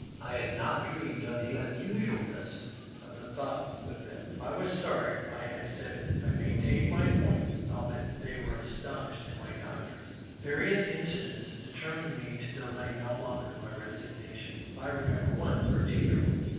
i had not dreamed of the unusualness of the thought with them. i was sorry i had said it. i maintained my point, albeit they were astonished at my doctrine. various incidents determined me to delay no longer my resignation. i remember one particularly.